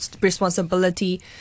responsibility